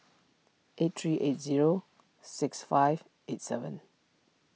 eight three eight zero six five eight seven